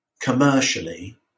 commercially